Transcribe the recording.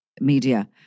media